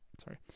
sorry